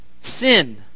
Sin